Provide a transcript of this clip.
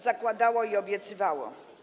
Zakładał i obiecywał.